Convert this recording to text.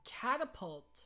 catapult